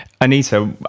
Anita